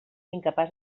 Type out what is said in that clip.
incapaç